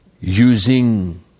using